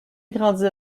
grandit